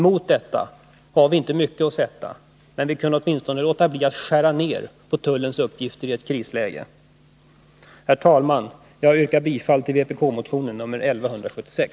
Mot detta har vi inte mycket att sätta, men vi kunde åtminstone låta bli att skära ned på tullens uppgifter i ett krisläge. Herr talman! Jag yrkar bifall till vpk-motionen 1176.